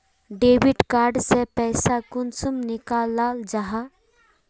Debit card से पैसा कुंसम निकलाल जाहा?